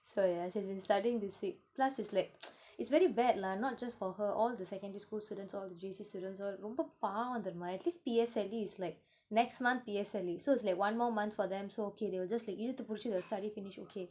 so yeah she's been studying this week plus it's like it's very bad lah not just for her all the secondary school students all the J_C students all ரொம்ப பாவம் தெரிமா:romba paavam therimaa atleast P_S_L_E is like next month P_S_L_E so it's like one more month for them so okay they will just like we need to push you aside study finish okay